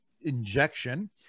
injection